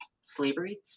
slavery